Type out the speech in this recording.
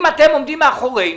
אם אתם עומדים מאחורינו,